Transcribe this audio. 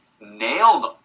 nailed